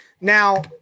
Now